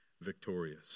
victorious